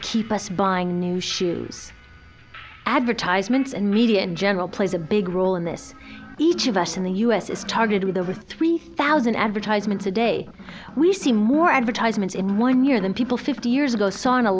keep us buying new shoes advertisements and media in general plays a big role in this each of us in the us is targeted with over three thousand advertisements a day we see more advertisements in one year than people fifty years ago s